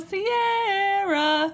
Sierra